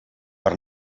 per